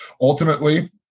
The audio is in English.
Ultimately